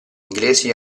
inglesi